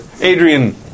Adrian